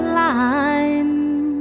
line